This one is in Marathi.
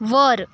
वर